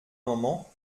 moment